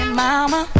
mama